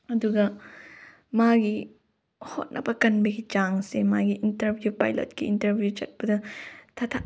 ꯑꯗꯨꯒ ꯃꯥꯒꯤ ꯍꯣꯠꯅꯕ ꯀꯟꯕꯒꯤ ꯆꯥꯡꯁꯦ ꯃꯥꯒꯤ ꯏꯟꯇ꯭ꯔꯕ꯭ꯌꯨ ꯄꯥꯏꯂꯠꯀꯤ ꯏꯟꯇ꯭ꯔꯕ꯭ꯌꯨ ꯆꯠꯄꯗ ꯊꯠ ꯊꯠ